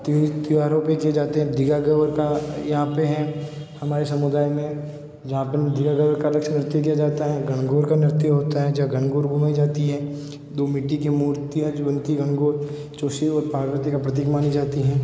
तीज त्यौहारों पर किए जाते हैं धींघा गवर का यहाँ पर हैं हमारे समुदाय में यहाँ पर धींगा गवर का लक्ष्य नृत्य किया जाता है गणगौर का नृत्य होता है जहाँ गणगौर घुमाई जाती है दो मिट्टी की मूर्तियाँ जो बनती गणगौर जो शिव और पार्वती का प्रतीक मानी जाती हैं